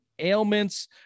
ailments